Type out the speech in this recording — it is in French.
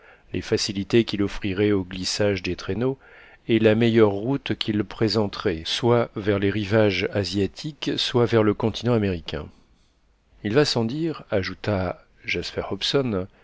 les facilités qu'il offrirait au glissage des traîneaux et la meilleure route qu'il présenterait soit vers les rivages asiatiques soit vers le continent américain il va sans dire ajouta